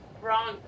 wrong